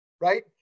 right